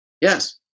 Yes